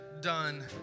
done